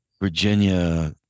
Virginia